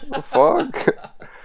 Fuck